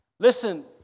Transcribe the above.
Listen